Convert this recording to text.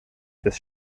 des